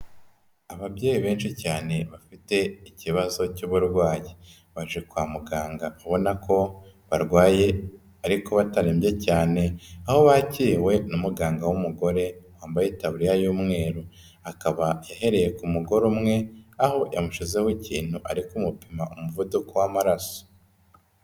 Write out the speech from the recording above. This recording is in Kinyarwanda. Ababyeyi benshi cyane bafite ikibazo cy'uburwayi, baje kwa muganga ubona ko barwaye ariko batarembye cyane, aho bakiriwe n'umuganga w'umugore, wambaye itaburiya y'umweru, akaba ahereye ku mugore umwe aho yamushyizeho ikintu, ari kumupima umuvuduko w'amaraso.